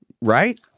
Right